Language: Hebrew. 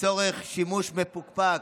לצורך שימוש מפוקפק,